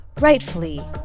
rightfully